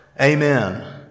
Amen